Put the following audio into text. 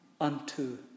unto